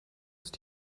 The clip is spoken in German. ist